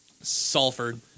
Salford